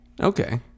Okay